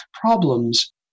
problems